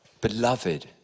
beloved